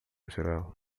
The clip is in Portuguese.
geral